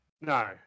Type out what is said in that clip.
No